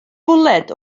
bwled